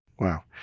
Wow